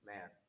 Man